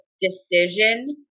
decision